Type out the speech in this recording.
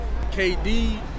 KD